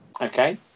okay